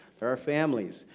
are our families.